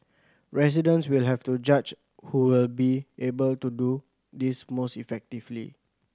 residents will have to judge who will be able to do this most effectively